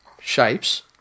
shapes